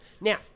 Now